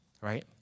right